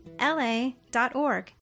la.org